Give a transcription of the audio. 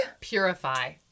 Purify